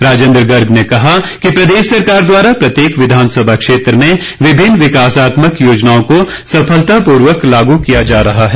राजेन्द्र गर्ग ने कहा कि प्रदेश सरकार द्वारा प्रत्येक विधानसभा क्षेत्र में विभिन्न विकासात्मक योजनाओं को सफलतापूर्वक लागू किया जा रहा है